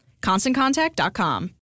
ConstantContact.com